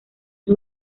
sus